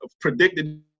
predicted